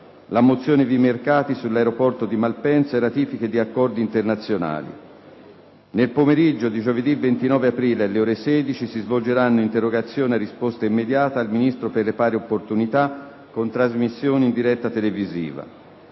la mozione Vimercati sull'aeroporto di Malpensa e ratifiche di accordi internazionali. Nel pomeriggio di giovedì 29 aprile, alle ore 16, si svolgeranno interrogazioni a risposta immediata al Ministro per le pari opportunità, con trasmissione diretta televisiva.